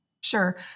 Sure